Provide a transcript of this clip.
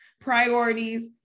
priorities